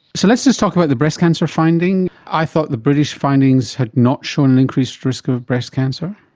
so let's just talk about the breast cancer finding. i thought the british findings had not shown an increased risk of breast cancer.